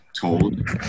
told